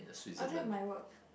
I've don't have my work